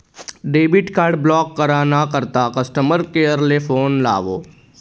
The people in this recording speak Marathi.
डेबिट कार्ड ब्लॉक करा ना करता कस्टमर केअर ले फोन लावो